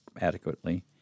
adequately